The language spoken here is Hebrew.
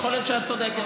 יכול להיות שאת צודקת,